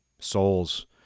souls